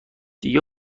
دیگه